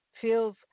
feels –